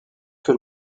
que